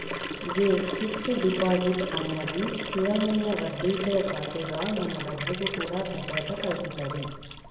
గే fix deposit అన్నది స్థిరమైన వడ్డీతో పాటుగా మన డబ్బుకు కూడా భద్రత కల్పితది